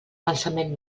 pensament